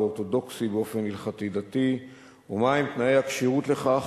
אורתודוקסי באופן הלכתי דתי ומהם תנאי הכשירות לכך,